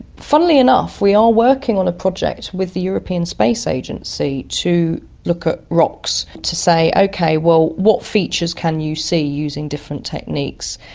funnily enough we are working on a project with the european space agency to look at rocks to say, okay, what features can you see using different techniques.